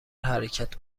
حرکت